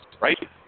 right